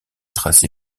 tracé